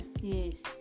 yes